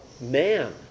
man